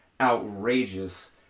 outrageous